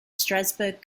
strasbourg